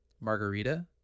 margarita